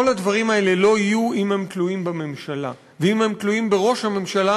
כל הדברים האלה לא יהיו אם הם תלויים בממשלה ואם הם תלויים בראש הממשלה,